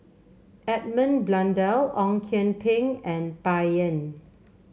Edmund Blundell Ong Kian Peng and Bai Yan